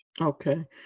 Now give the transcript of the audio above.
Okay